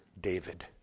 David